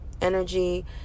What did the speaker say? energy